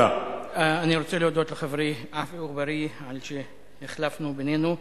אני רוצה להודות לחברי עפו אגבאריה על שהחלפנו בינינו.